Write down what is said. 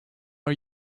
are